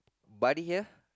buddy here